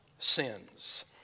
sins